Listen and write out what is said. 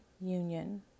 union